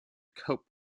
cope